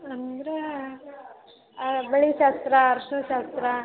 ಅಂದರೆ ಬಳೆ ಶಾಸ್ತ್ರ ಅರಿಶಿಣ ಶಾಸ್ತ್ರ